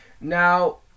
Now